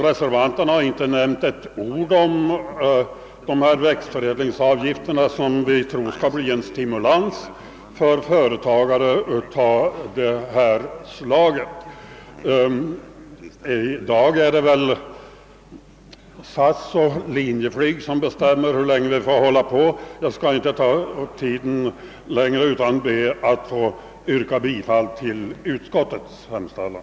Reservanterna har t.ex. icke nämnt ett ord om den utbyggnad av systemet med växtförädlingsavgifter, som vi tror skall bli en stimulans för företagare på detta område. Det är väl i dag tidtabellerna för SAS och Linjeflyg som bestämmer hur länge debatten skall fortgå. Jag skall därför inte uppta tiden ytterligare utan ber härmed att få yrka bifall till utskottets hemställan.